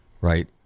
right